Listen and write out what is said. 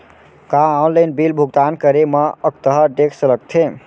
का online bill भुगतान करे मा अक्तहा टेक्स लगथे?